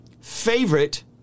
favorite